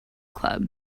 club